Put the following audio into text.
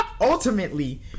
ultimately